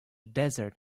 desert